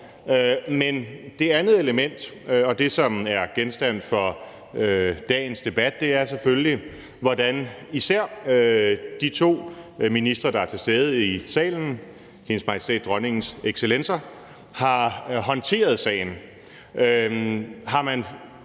Men det andet element og det, som er genstand for dagens debat, er selvfølgelig, hvordan især de to ministre, der er til stede i salen i dag, Hendes Majestæt Dronningens excellencer, har håndteret sagen.